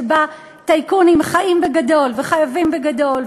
שבה טייקונים חיים בגדול וחייבים בגדול,